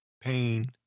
pain